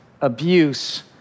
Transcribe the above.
abuse